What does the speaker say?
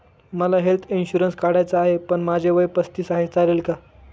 मला health insurance काढायचा आहे पण माझे वय पस्तीस आहे, चालेल का?